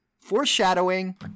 foreshadowing